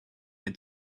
had